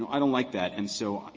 i don't like that and so